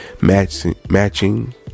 matching